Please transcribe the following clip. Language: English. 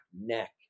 neck